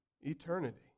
eternity